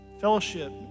Fellowship